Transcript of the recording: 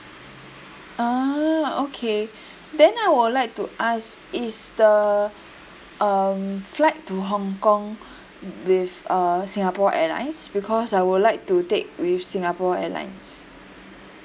ah okay then I would like to ask is the um flight to hong kong with uh singapore airlines because I would like to take with singapore airlines